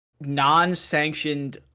non-sanctioned